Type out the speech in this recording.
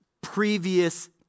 previous